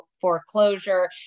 foreclosure